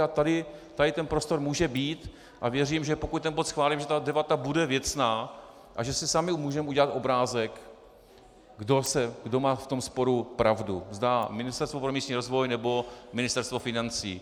A tady ten prostor může být, a věřím, že pokud ten bod schválíme, že ta debata bude věcná, a že si sami můžeme udělat obrázek, kdo má v tom sporu pravdu, zda Ministerstvo pro místní rozvoj, nebo Ministerstvo financí.